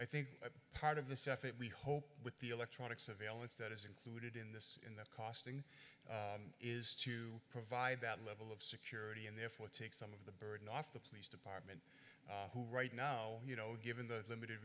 i think part of this effort we hope with the electronic surveillance that is included in this in the costing is to provide that level of security and therefore take some of the burden off the police department who right now you know given the limited